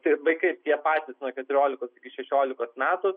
tai vaikai tie patys nuo keturiolikos iki šešiolikos metų